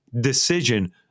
decision